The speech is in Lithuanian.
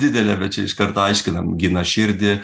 didelė bet čia iš karto aiškinam gina širdį